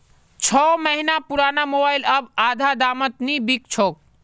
छो महीना पुराना मोबाइल अब आधा दामत नी बिक छोक